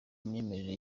imyemerere